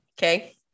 okay